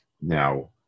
Now